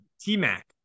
T-Mac